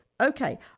Okay